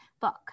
book